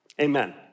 Amen